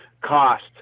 cost